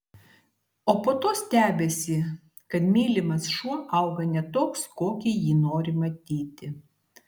o po to stebisi kad mylimas šuo auga ne toks kokį jį nori matyti